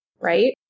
right